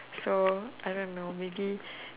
so I don't know maybe